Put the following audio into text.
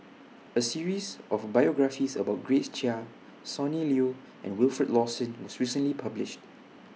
A series of biographies about Grace Chia Sonny Liew and Wilfed Lawson was recently published